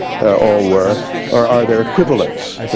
all were or are there equivalents?